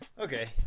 Okay